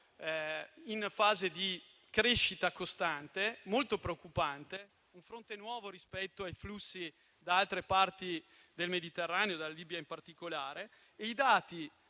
in fase di crescita costante e molto preoccupante; un fronte nuovo rispetto ai flussi provenienti da altre parti del Mediterraneo, dalla Libia in particolare. I dati